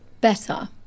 better